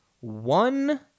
one